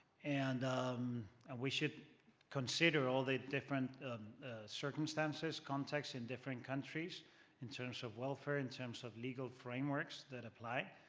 and and we should consider all the different circumstances, context in different countries in terms of welfare, in terms of legal frameworks that apply,